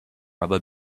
rubber